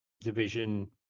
division